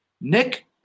Nick